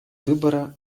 выбора